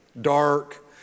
dark